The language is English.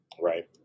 Right